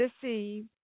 deceived